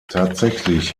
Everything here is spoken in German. tatsächlich